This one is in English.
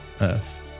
Earth